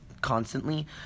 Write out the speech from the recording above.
Constantly